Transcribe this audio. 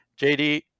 JD